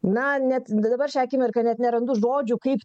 na net dabar šią akimirką net nerandu žodžių kaip